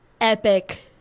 epic